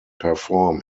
perform